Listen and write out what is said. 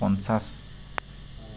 পঞ্চাছ